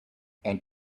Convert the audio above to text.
and